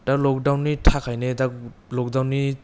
दा लकदाउननि थाखायनो दा लकदाउननि